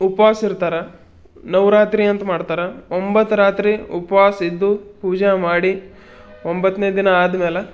ಉಪ್ವಾಸ ಇರ್ತಾರೆ ನವರಾತ್ರಿ ಅಂತ ಮಾಡ್ತಾರೆ ಒಂಬತ್ತು ರಾತ್ರಿ ಉಪ್ವಾಸ ಇದ್ದು ಪೂಜೆ ಮಾಡಿ ಒಂಬತ್ತನೇ ದಿನ ಆದ್ಮೇಲೆ